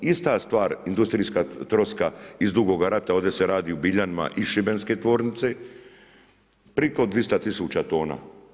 Ista stvar industrijska troska iz Dugoga rata ovdje se radi u Biljanima iz Šibenske tvornice, priko 200 000 tona.